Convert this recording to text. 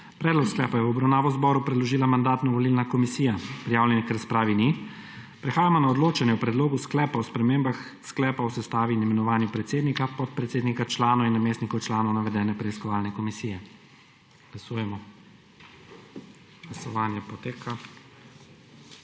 Predlog sklepa je v obravnavo zboru predložila Mandatno-volilna komisija. Prijavljenih k razpravi ni. Prehajamo na odločanje o Predlogu sklepa o spremembah sklepa o sestavi in imenovanju predsednika, podpredsednika, članov in namestnikov članov navedene preiskovalne komisije. Glasujemo. Navzočih